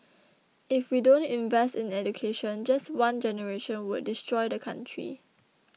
if we don't invest in education just one generation would destroy the country